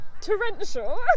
torrential